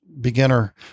beginner